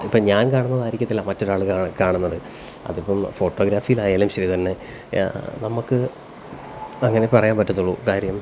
ഇപ്പം ഞാന് കാണുന്നതായിരിക്കത്തില്ല മറ്റൊരാള് ക കാണുന്നത് അതിപ്പം ഫോട്ടോഗ്രാഫിയിലായാലും ശരിതന്നെ നമുക്ക് അങ്ങനെ പറയാന് പറ്റത്തുള്ളൂ കാര്യം